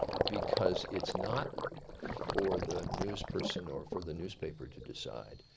because it's not for the news person or for the newspaper to decide.